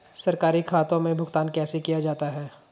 सरकारी खातों में भुगतान कैसे किया जाता है?